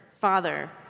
father